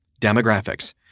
Demographics